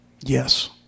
Yes